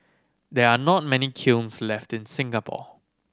there are not many kilns left in Singapore